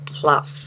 plus